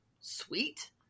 sweet